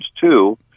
two